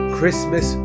Christmas